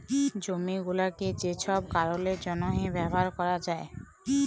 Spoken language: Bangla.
জমি গুলাকে যে ছব কারলের জ্যনহে ব্যাভার ক্যরা যায়